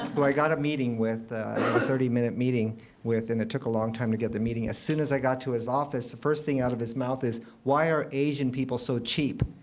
who i got a meeting with, a thirty minute meeting with, and it took a long time to get the meeting as soon as i got to his office, the first thing out of his mouth is, why are asian people so cheap?